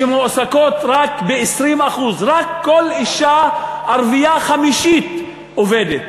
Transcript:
שמועסקות רק ב-20%; רק כל אישה ערבייה חמישית עובדת,